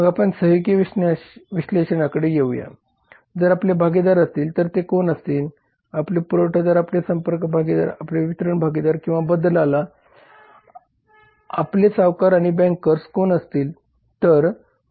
मग आपण सहयोगी विश्लेषणाकडे येऊया जर आपले भागीदार असतील तर ते कोण असतील आपले पुरवठादार आपले संपर्क भागीदार आपले वितरण भागीदार किंवा दलाला आपले सावकार आणि बँकर्स कोण असतील